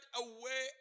away